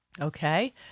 okay